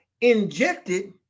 injected